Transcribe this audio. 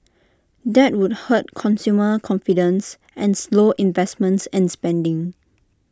that would hurt consumer confidence and slow investments and spending